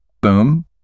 boom